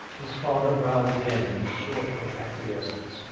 his father growled again a sort of acquiescence,